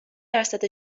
درصد